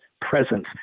presence